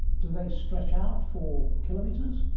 do they stretch out for kilometres?